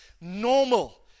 normal